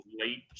Late